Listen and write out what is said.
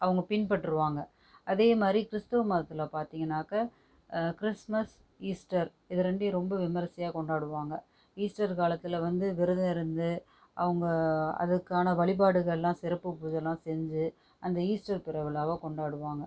அவங்க பின்பற்றுவாங்க அதேமாதிரி கிறிஸ்த்துவ மதத்தில் பார்த்திங்கனாக்கா கிறிஸ்மஸ் ஈஸ்டர் இது ரெண்டையும் ரொம்ப விமர்சையாக கொண்டாடுவாங்கள் ஈஸ்டர் காலத்தில் வந்து விரதம் இருந்து அவங்க அதுக்கான வழிபாடுகள்லா சிறப்பு பூஜைலான் செஞ்சு அந்த ஈஸ்டர் திருவிழாவை கொண்டாடுவாங்கள்